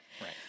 Right